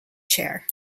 share